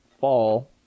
fall